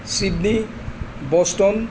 Sydney Boston